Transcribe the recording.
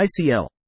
ICL